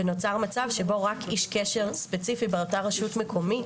ונוצר מצב שבו רק איש קשר ספציפי באותה רשות מקומית